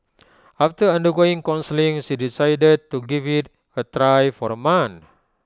after undergoing counselling she decided to give IT A try for A month